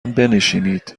بنشینید